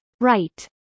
Right